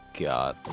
god